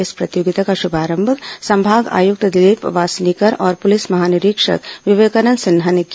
इस प्रतियोगिता का शुभारंभ संभाग आयुक्त दिलीप वासनीकर और पुलिस महानिरीक्षक विवेकानंद सिन्हा ने किया